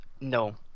no